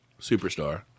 superstar